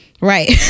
right